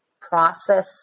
process